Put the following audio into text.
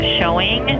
showing